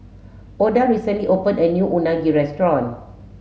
Oda recently opened a new unagi restaurant